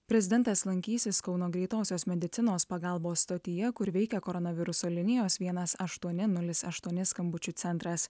prezidentas lankysis kauno greitosios medicinos pagalbos stotyje kur veikia koronaviruso linijos vienas aštuoni nulis aštuoni skambučių centras